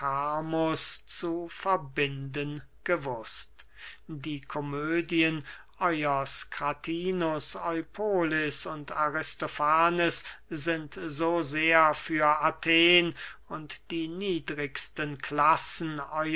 zu verbinden gewußt die komödien euers kratinus eupolis und aristofanes sind so sehr für athen und die niedrigsten klassen